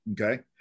okay